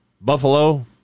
Buffalo